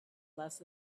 less